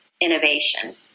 innovation